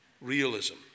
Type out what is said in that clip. realism